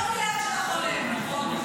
זה לא הולך לאן שאתה חולם, רון.